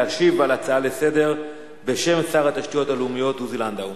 להשיב על ההצעה לסדר-היום בשם שר התשתיות הלאומיות עוזי לנדאו.